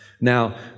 Now